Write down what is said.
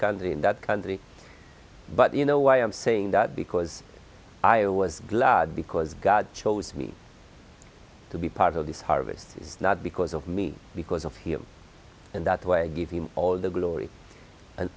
country in that country but you know why i am saying that because i was glad because god chose me to be part of this harvest not because of me because of him in that way give him all the glory and